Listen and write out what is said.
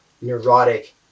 neurotic